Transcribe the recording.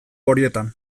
horietan